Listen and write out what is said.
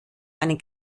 einen